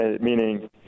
meaning